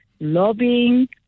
lobbying